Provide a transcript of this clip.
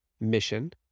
Mission